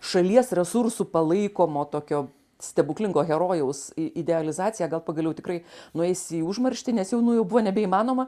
šalies resursų palaikomo tokio stebuklingo herojaus idealizacija gal pagaliau tikrai nueis į užmarštį nes jau nu jau buvo nebeįmanoma